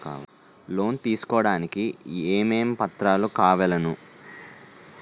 Loan తీసుకోడానికి ఏమేం పత్రాలు కావలెను?